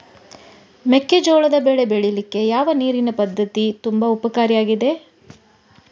ಮೆಕ್ಕೆಜೋಳದ ಬೆಳೆ ಬೆಳೀಲಿಕ್ಕೆ ಯಾವ ನೀರಿನ ಪದ್ಧತಿ ತುಂಬಾ ಉಪಕಾರಿ ಆಗಿದೆ?